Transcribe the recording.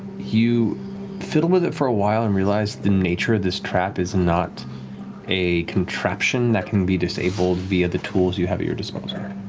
you fiddle with it for a while and realize the nature of this trap is not a contraption that can be disabled via the tools you have at your disposal.